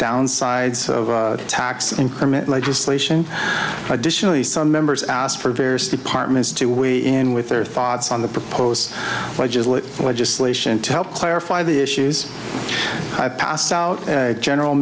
downsides of tax increment legislation additionally some members asked for various departments to weigh in with their thoughts on the proposed legislation and legislation to help clarify the issues i passed out a general